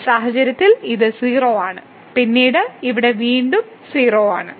ഈ സാഹചര്യത്തിൽ ഇത് 0 ആണ് പിന്നീട് ഇവിടെ വീണ്ടും 0 ആണ്